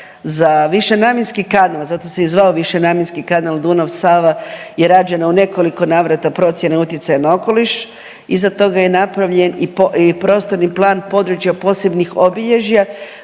Za višenamjenski kanal zato se i zvao višenamjenski Kanal Dunav-Sava je rađena u nekoliko navrata procjena utjecaja na okoliš iza toga je napravljeni prostorni plan područja posebnih obilježja.